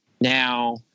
Now